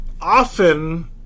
often